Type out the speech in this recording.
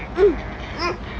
mm ugh